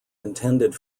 intended